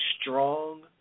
strong